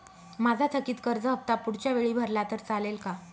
माझा थकीत कर्ज हफ्ता पुढच्या वेळी भरला तर चालेल का?